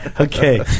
Okay